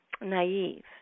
naive